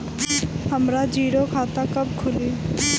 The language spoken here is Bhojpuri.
हमरा जीरो खाता कब खुली?